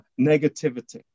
negativity